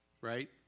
right